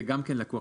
גם זה לקוח